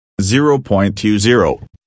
0.20